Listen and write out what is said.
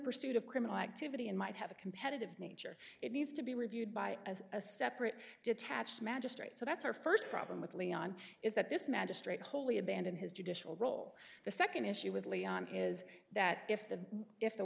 pursuit of criminal activity and might have a competitive nature it needs to be reviewed by as a separate detached magistrate so that's our first problem with leon is that this magistrate wholly abandoned his judicial role the second issue would leon is that if the if the